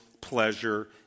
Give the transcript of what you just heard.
pleasure